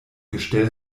gestell